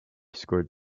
scored